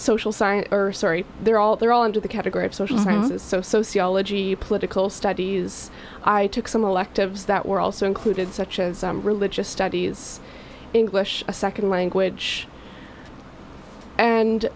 social science or sorry they're all they're all into the category of social sciences so sociology political studies i took some electives that were also included such as religious studies english a second language and